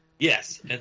Yes